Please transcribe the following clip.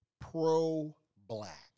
pro-black